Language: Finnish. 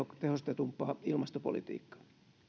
tehostetumpaa ilmastopolitiikkaa